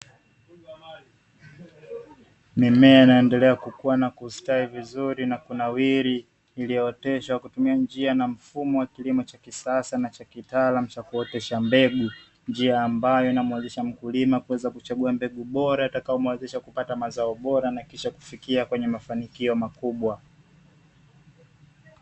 Mimea inaendelea kukua na kustawi vizuri na kunawiri iliyooteshwa kutumia njia na mfumo wa kilimo cha kisasa na cha kitaalamu cha kuotesha mbegu . Njia ambayo inamuwezesha mkulima kuweza kuchagua mbegu bora itakayomuwezesha kupata mazao bora na kisha kufikia kwenye mafanikio makubwa.